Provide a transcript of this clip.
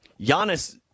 Giannis